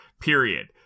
period